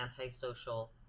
antisocial